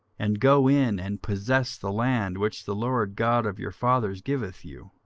and go in and possess the land which the lord god of your fathers giveth you.